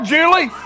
Julie